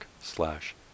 slash